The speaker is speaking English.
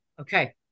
okay